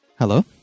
Hello